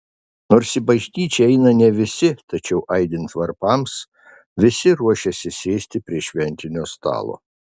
nors į bažnyčią eina ne visi tačiau aidint varpams visi ruošiasi sėsti prie šventinio stalo